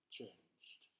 changed